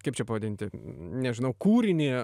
kaip čia pavadinti nežinau kūrinį